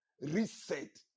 reset